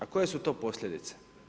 A koje su to posljedice?